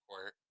court